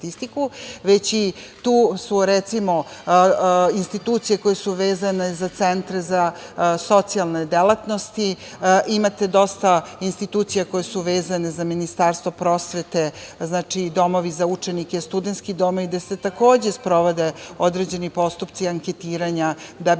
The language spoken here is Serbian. već su tu, recimo, institucije koje su vezane za centre za socijalne delatnosti, imate dosta institucija koje su vezane za Ministarstvo prosvete, domovi za učenike, studentski domovi, gde se takođe sprovode određeni postupci anketiranja da bi se